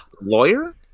lawyer